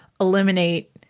eliminate